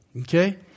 Okay